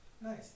Nice